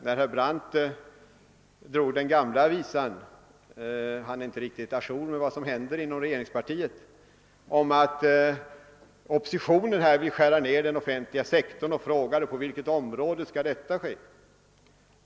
Herr Brandt drog den gamla visan — han är inte riktigt å jour med vad som händer inom regeringspartiet — om att oppositionen vill skära ned den offentliga sektorn och frågade på vilket område detta skall ske.